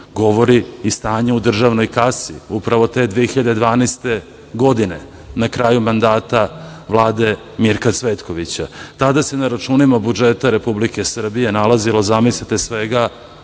govori i stanje u državnoj kasi, upravo te 2012. godine, na kraju mandata Vlade Mirka Cvetkovića, tada se na računima budžeta Republike Srbije nalazilo svega